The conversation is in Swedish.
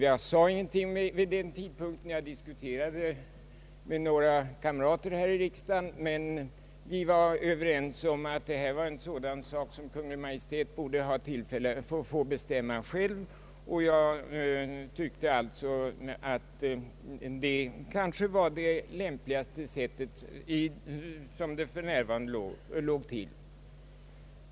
Jag diskuterade detta med några kamrater i riksdagen, men vi var överens om att detta var något som Kungl. Maj:t själv borde få bestämma.